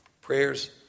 Prayers